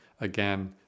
again